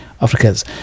Africans